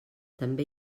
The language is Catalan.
també